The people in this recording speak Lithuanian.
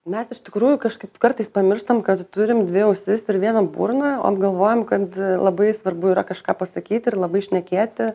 mes iš tikrųjų kažkaip kartais pamirštam kad turim dvi ausis ir vieną burną galvojam kad labai svarbu yra kažką pasakyti ir labai šnekėti